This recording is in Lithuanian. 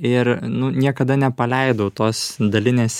ir nu niekada nepaleidau tos dalinės